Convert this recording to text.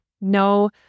No